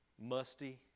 musty